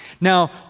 Now